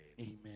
Amen